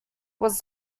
was